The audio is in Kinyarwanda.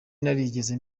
narigeze